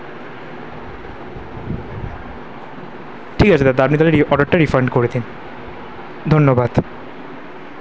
ঠিক আছে দাদা আপনি তাহলে রি অর্ডারটা রিফান্ড করে দিন ধন্যবাদ